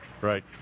Right